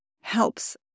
helps